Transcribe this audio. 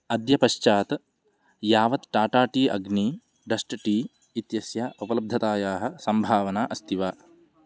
अद्य पश्चात् यावत् Tata tea Agni dust tea इत्यस्य उपलब्धतायाः सम्भावना अस्ति वा